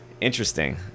interesting